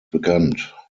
bekannt